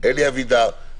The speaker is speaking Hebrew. אלי אבידר,